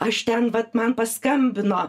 aš ten vat man paskambino